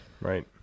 right